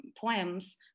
poems